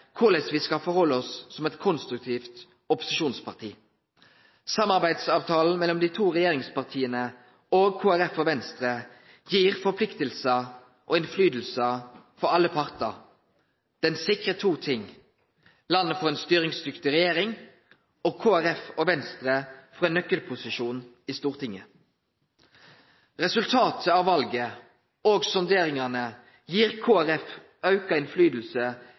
korleis me skal vere eit konstruktivt opposisjonsparti. Samarbeidsavtalen mellom dei to regjeringspartia og Kristeleg Folkeparti og Venstre gir forpliktingar og høve til påverknad for alle partar. Avtalen sikrar to ting: Landet får ei styringsdyktig regjering, og Kristeleg Folkeparti og Venstre får ein nøkkelposisjon i Stortinget. Resultatet av valet og sonderingane gir Kristeleg Folkeparti auka